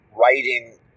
writing